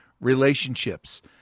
relationships